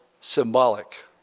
symbolic